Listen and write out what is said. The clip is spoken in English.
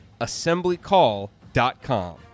assemblycall.com